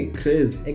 crazy